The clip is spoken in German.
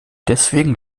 deswegen